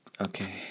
okay